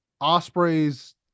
Osprey's